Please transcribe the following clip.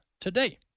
today